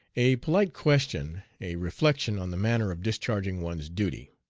a polite question a reflection on the manner of discharging one's duty!